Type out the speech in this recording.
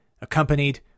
accompanied